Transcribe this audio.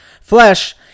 flesh